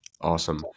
Awesome